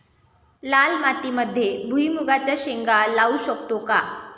लाल मातीमध्ये भुईमुगाच्या शेंगा लावू शकतो का?